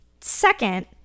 second